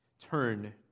turn